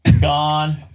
gone